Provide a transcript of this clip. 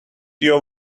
your